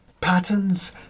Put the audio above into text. Patterns